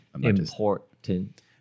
Important